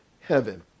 heaven